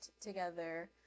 together